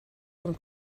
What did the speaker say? zum